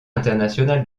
international